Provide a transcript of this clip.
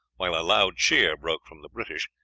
while a loud cheer broke from the british,